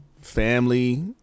Family